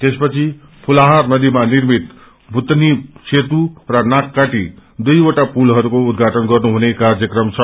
त्यसपछि फूलाहार नदीमा निप्रित षतनी सेतू र नाककाटी दुइवटा पुलहरूको उद्याटन गर्नुहुने कार्यक्रम छ